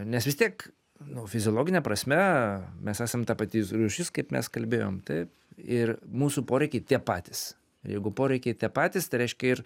nes vis tiek nu fiziologine prasme mes esam ta pati rūšis kaip mes kalbėjom taip ir mūsų poreikiai tie patys jeigu poreikiai tie patys tai reiškia ir